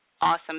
awesome